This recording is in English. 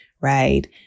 Right